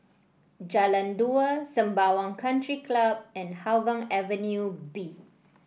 Jalan Dua Sembawang Country Club and Hougang Avenue B